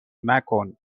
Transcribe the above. مکن